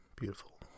Beautiful